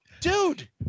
dude